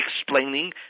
explaining